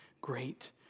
great